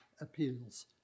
appeals